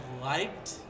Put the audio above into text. liked